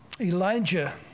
Elijah